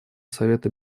совета